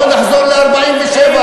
בוא נחזור ל-1947.